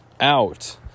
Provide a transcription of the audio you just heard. out